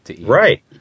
Right